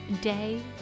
day